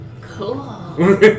Cool